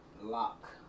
Lock